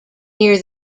near